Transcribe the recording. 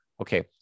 okay